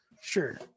Sure